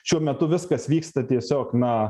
šiuo metu viskas vyksta tiesiog na